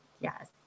Yes